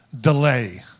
delay